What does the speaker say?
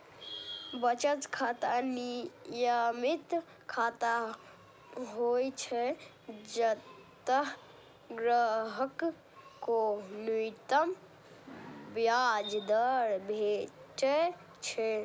बचत खाता नियमित खाता होइ छै, जतय ग्राहक कें न्यूनतम ब्याज दर भेटै छै